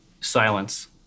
silence